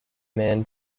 man